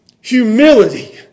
Humility